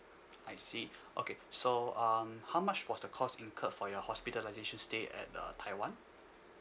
I see okay so um how much was the cost incurred for your hospitalisation stay at uh taiwan